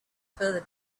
further